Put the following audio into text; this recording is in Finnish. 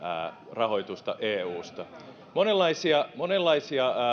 rahoitusta eusta monenlaisia monenlaisia